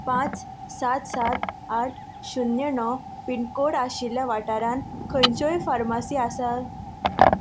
पांच सात सात आठ शुन्य णव पिनकोड आशिल्ल्या वाठारांत खंयच्योय फार्मासी आसा